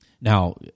Now